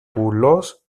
κουλός